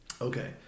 Okay